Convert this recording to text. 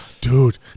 dude